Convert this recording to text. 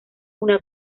una